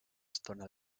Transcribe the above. estona